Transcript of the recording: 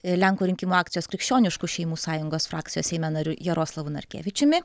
lenkų rinkimų akcijos krikščioniškų šeimų sąjungos frakcijos seime nariu jaroslavu narkevičiumi